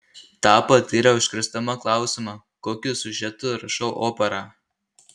tą patyriau išgirsdama klausimą kokiu siužetu rašau operą